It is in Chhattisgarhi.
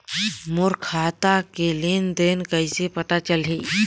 मोर खाता के लेन देन कइसे पता चलही?